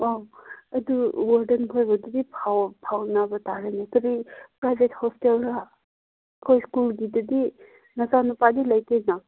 ꯑꯣ ꯑꯗꯨ ꯋꯥꯔꯗꯦꯟꯈꯣꯏꯒꯗꯨꯗꯤ ꯄꯥꯎ ꯐꯥꯎꯅꯕ ꯇꯥꯔꯦꯅꯦ ꯑꯗꯨꯗꯤ ꯄ꯭ꯔꯥꯏꯕꯦꯠ ꯍꯣꯁꯇꯦꯜꯒ ꯑꯩꯈꯣꯏ ꯁ꯭ꯀꯨꯜꯒꯤꯗꯗꯤ ꯅꯆꯥꯅꯨꯄꯥꯗꯤ ꯂꯩꯇꯦꯅ